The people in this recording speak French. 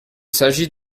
s’agit